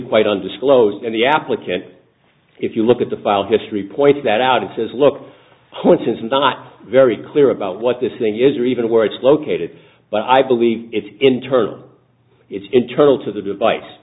quite undisclosed and the applicant if you look at the file history pointed that out and says look when since i'm not very clear about what this thing is or even where it's located but i believe it's internal it's internal to the device